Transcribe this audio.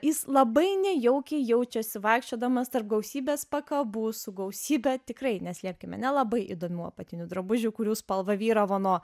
jis labai nejaukiai jaučiasi vaikščiodamas tarp gausybės pakabų su gausybe tikrai neslėpkime nelabai įdomių apatinių drabužių kurių spalva vyravo nuo